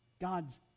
God's